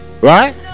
Right